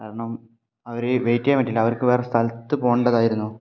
കാരണം അവരെ വെയ്റ്റ് ചെയ്യാൻ പറ്റില്ല അവർക്ക് വേറെ സ്ഥലത്ത് പോകേണ്ടതായിരുന്നു